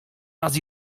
raz